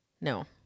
No